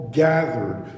gathered